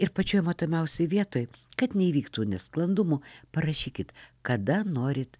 ir pačioj matomiausioj vietoj kad neįvyktų nesklandumų parašykit kada norit